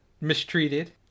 mistreated